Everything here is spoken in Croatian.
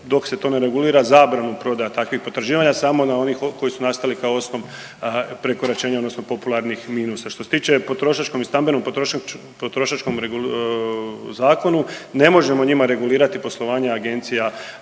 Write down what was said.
dok se to ne regulira zabranu prodaje takvih potraživanja samo na onih koji su nastali kao osnov prekoračenja, odnosno popularnih minusa. Što se tiče potrošačkom i stambenom potrošačkom zakonu ne možemo njima regulirati poslovanje agencija